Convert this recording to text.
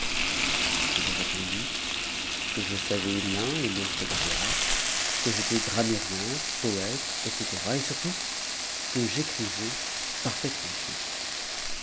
je lui répondis que je savais l'un et l'autre droits que j'étais grammairien poète etc et surtout que j'écrivais parfaitement bien